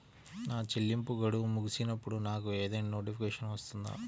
నా చెల్లింపు గడువు ముగిసినప్పుడు నాకు ఏదైనా నోటిఫికేషన్ వస్తుందా?